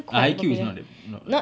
uh haikyu is not that